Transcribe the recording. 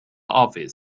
office